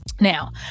now